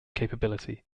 capability